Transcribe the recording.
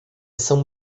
são